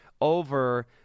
over